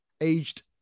aged